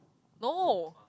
no